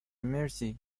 مرسی